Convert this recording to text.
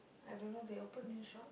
I don't know they open new shop